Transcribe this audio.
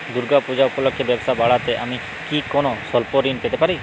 দূর্গা পূজা উপলক্ষে ব্যবসা বাড়াতে আমি কি কোনো স্বল্প ঋণ পেতে পারি?